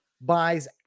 buys